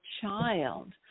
child